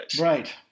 right